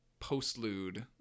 postlude